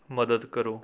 ਮਦਦ ਕਰੋ